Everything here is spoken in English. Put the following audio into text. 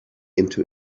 into